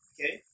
Okay